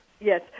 Yes